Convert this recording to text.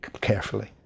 carefully